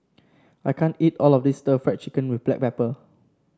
I can't eat all of this stir Fry Chicken with Black Pepper